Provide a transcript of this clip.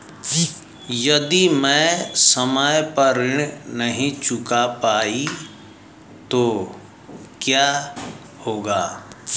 यदि मैं समय पर ऋण नहीं चुका पाई तो क्या होगा?